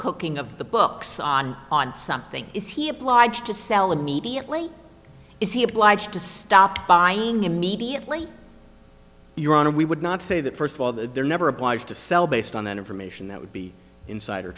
cooking of the books on on something is he applied to sell the mediately is he obliged to stop buying immediately your honor we would not say that first of all that they're never obliged to sell based on that information that would be insider